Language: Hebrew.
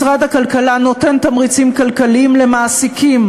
משרד הכלכלה נותן תמריצים כלכליים למעסיקים